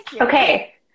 okay